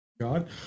god